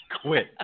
quit